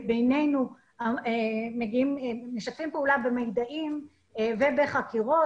אנחנו משתפים פעולה במידעים ובחקירות.